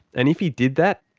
and if he did that,